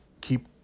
keep